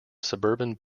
suburban